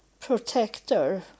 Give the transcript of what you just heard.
protector